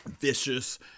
vicious